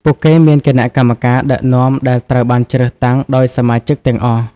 ពួកគេមានគណៈកម្មការដឹកនាំដែលត្រូវបានជ្រើសតាំងដោយសមាជិកទាំងអស់។